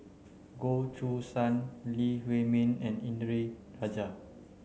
Goh Choo San Lee Huei Min and Indranee Rajah